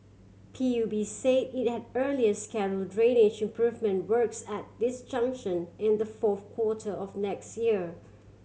P U B say it had earlier schedule drainage improvement works at this junction in the fourth quarter of next year